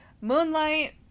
Moonlight